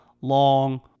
long